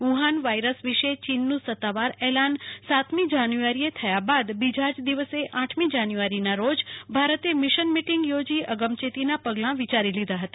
Wuhan virus વિષે ચીનનું સત્તાવાર એલાન સાતમી જાન્યુઆરી એ થયા બાદ બીજા જ દિવસે આઠ જાન્યુઆરીના રોજ ભારતે મિશન મીટિંગ યોજી અગમયેતીના પગલાં વિચારી લીધા ફતા